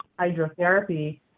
hydrotherapy